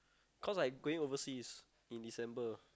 cause I going overseas in December